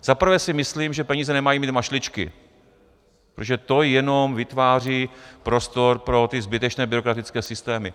Za prvé si myslím, že peníze nemají mít mašličky, protože to jenom vytváří prostor pro ty zbytečné byrokratické systémy.